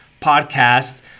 podcast